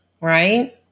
right